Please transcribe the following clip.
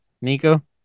Nico